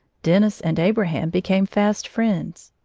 dennis and abraham became fast friends.